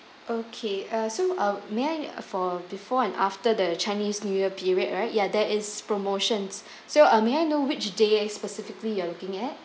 okay err so may I kn~ for before and after the chinese new year period right yeah there is promotions so uh may I know which day specifically you are looking at